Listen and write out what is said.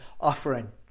offering